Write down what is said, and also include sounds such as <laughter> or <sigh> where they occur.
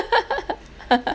<laughs>